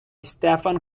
stephen